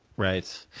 right.